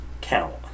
count